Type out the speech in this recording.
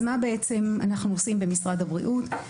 מה בעצם אנחנו עושים במשרד הבריאות?